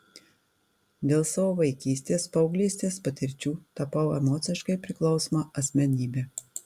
dėl savo vaikystės paauglystės patirčių tapau emociškai priklausoma asmenybe